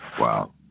Wow